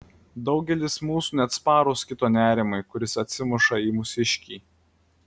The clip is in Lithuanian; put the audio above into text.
daugelis mūsų neatsparūs kito nerimui kuris atsimuša į mūsiškį